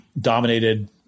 dominated